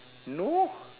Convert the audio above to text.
no